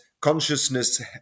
consciousness